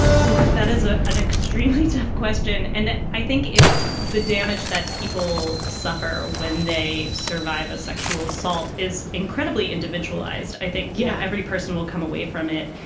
who? that is ah an extremely tough question. and i think it's the damage that people suffer when they survive. a sexual assault is incredibly individualized. i think know yeah every person will come away from it,